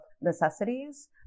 necessities